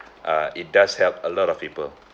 uh it does help a lot of people